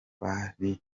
bari